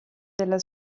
della